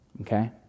okay